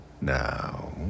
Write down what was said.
Now